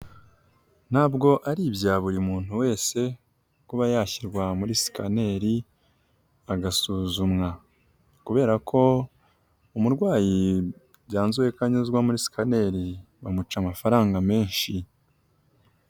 Ntabwo ari ibya buri muntu wese kuba yashyirwa muri sikaneri agasuzumwa kubera ko umurwayi byanzuwe ko anyuzwa muri sikaneri bamuca amafaranga menshi.